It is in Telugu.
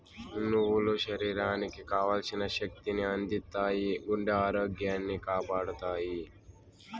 నువ్వులు శరీరానికి కావల్సిన శక్తి ని అందిత్తాయి, గుండె ఆరోగ్యాన్ని కాపాడతాయి